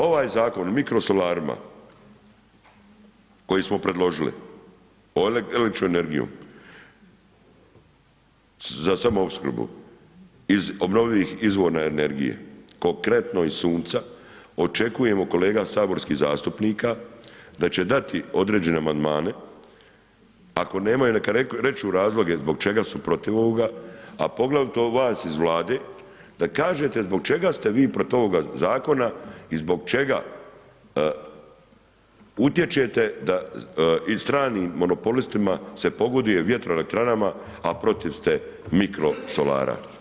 Ovaj Zakon o mikrosolarima koji smo predložili, onaj električnom energijom za samoopskrbu iz obnovljivih izvora energije, konkretno iz sunca, očekujemo od kolega saborskih zastupnika da će dati određene amandmane, ako nemaju nek reču razloge zbog čega su protiv ovog, a poglavito vas iz Vlade da kažete zbog čega ste vi protiv ovog zakona i zbog čega utječete da i strani monopolistima se poguduje vjetoelektranama, a protiv ste mikrosolara?